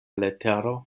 letero